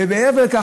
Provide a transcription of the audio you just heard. ומעבר לכך,